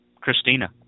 Christina